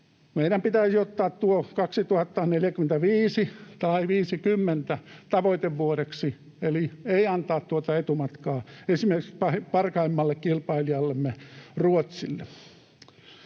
Meidän pitäisi ottaa tuo 2045 tai ‑50 tavoitevuodeksi, eli ei antaa tuota etumatkaa esimerkiksi parhaimmalle kilpailijallemme Ruotsille.